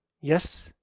yes